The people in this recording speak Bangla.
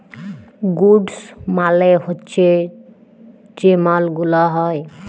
গুডস মালে হচ্যে যে মাল গুলা হ্যয়